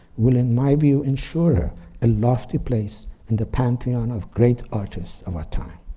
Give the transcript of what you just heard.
will in my view ensure a lofty place in the pantheon of great artists of our time.